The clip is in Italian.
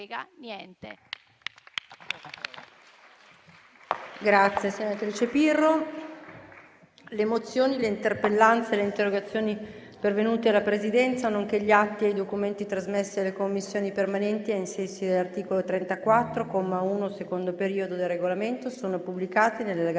apre una nuova finestra"). Le mozioni, le interpellanze e le interrogazioni pervenute alla Presidenza, nonché gli atti e i documenti trasmessi alle Commissioni permanenti ai sensi dell'articolo 34, comma 1, secondo periodo, del Regolamento sono pubblicati nell'allegato